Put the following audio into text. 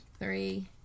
three